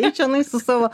čionai su savo